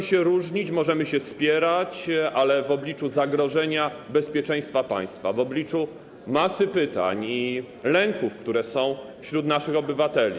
Możemy się różnić, możemy się spierać, ale w obliczu zagrożenia bezpieczeństwa państwa, w obliczu masy pytań i lęków, które są wśród naszych obywateli.